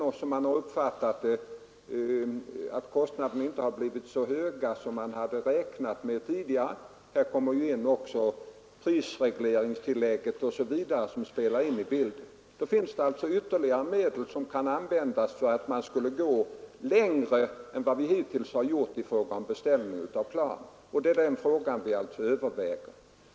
Man har fått uppfattningen att anskaffningskostnaderna inte har blivit så höga som man hade räknat med tidigare, här kommer också prisregleringstillägget m.m. in i bilden. Det finns alltså ytterligare medel, som kan användas för att gå längre än vi hittills gjort i fråga om beställning av plan, och det är den frågan vi nu överväger.